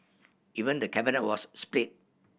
even the Cabinet was split